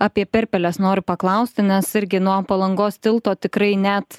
apie perpeles noriu paklausti nes irgi nuo palangos tilto tikrai net